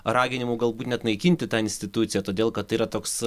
raginimų galbūt net naikinti ta institucija todėl kad yra toks